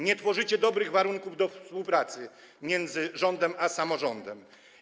Nie tworzycie dobrych warunków do współpracy między rządem a samorządem.